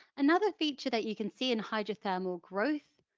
another feature that you can see in hydrothermal growth